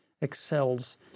excels